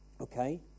Okay